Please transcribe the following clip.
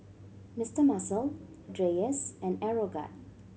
Mister Muscle Dreyers and Aeroguard